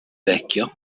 vecchio